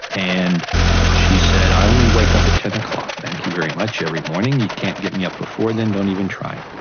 and she said, i only wake up at ten o'clock, thank you very much, every morning, you can't get me up before then, don't even try.